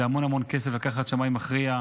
זה המון המון כסף לקחת שמאי מכריע.